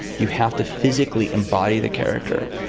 you have to physically embody the character.